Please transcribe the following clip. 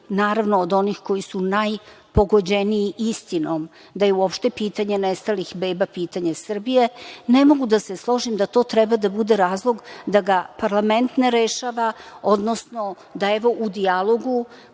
naravno od onih koji su najpogođeniji istinom, da je uopšte pitanje nestalih beba, pitanje Srbije, ne mogu da se složim da to treba da bude razlog da ga parlament ne rešava, odnosno da evo u dijalogu,